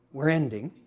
were ending,